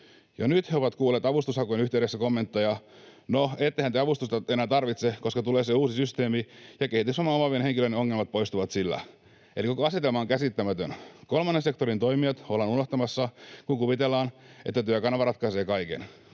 Jo nyt he ovat kuulleet avustushakujen yhteydessä kommentteja: ”no, ettehän te avustusta nyt enää tarvitse, koska tulee se uusi systeemi ja kehitysvamman omaavien henkilöiden ongelmat poistuvat sillä”. Eli koko asetelma on käsittämätön. Kolmannen sektorin toimijat ollaan unohtamassa, kun kuvitellaan, että Työkanava ratkaisee kaiken.